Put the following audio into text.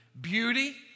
beauty